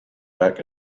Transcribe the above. back